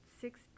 six